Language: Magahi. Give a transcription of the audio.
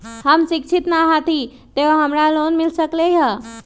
हम शिक्षित न हाति तयो हमरा लोन मिल सकलई ह?